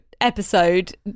episode